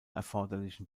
erforderlichen